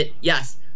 Yes